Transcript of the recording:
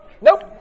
nope